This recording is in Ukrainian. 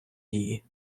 дії